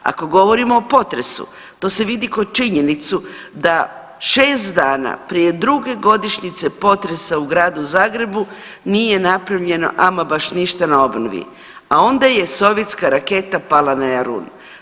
Ako govorimo o potresu to se vidi kao činjenicu da 6 dana prije druge godišnjice potresa u gradu Zagrebu nije napravljeno ama baš ništa na obnovi, a onda je sovjetska raketa pala na Jarun.